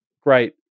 great